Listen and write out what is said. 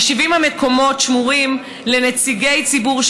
ו-70 המקומות שמורים לנציגי ציבור,